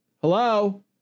Hello